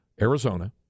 Arizona